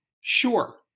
Sure